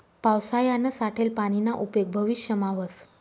पावसायानं साठेल पानीना उपेग भविष्यमा व्हस